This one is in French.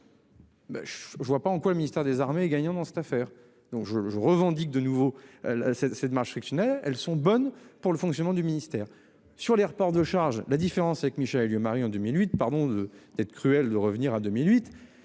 je ne vois pas en quoi le ministère des Armées gagnant dans cette affaire. Donc je revendique de nouveau là c'est c'est de marge sectionnaient elles sont bonnes pour le fonctionnement du ministère sur les reports de charges. La différence avec Michèle Alliot-Marie, en 2008 pardon, d'être cruelle de revenir à 2008